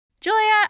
Julia